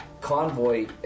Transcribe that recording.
convoy